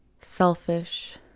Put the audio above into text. selfish